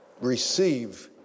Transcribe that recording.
receive